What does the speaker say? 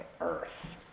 earth